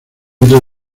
entra